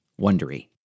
wondery